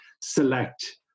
select